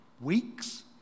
Weeks